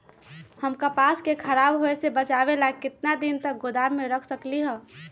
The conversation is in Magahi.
हम कपास के खराब होए से बचाबे ला कितना दिन तक गोदाम में रख सकली ह?